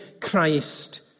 Christ